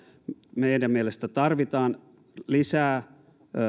meidän mielestämme tarvitaan lisää